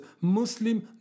Muslim